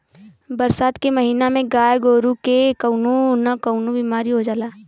बरसात के महिना में गाय गोरु के कउनो न कउनो बिमारी हो जाला